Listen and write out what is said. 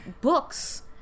books